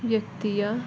ವ್ಯಕ್ತಿಯ